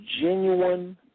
genuine